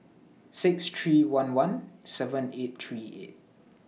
six three one one seven eight three eight